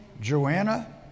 Joanna